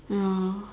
ya